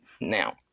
Now